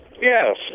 Yes